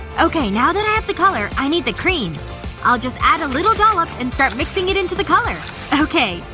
okay now that i have the color, i need the cream i'll just add a little dollop and start mixing it into the color okay,